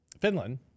Finland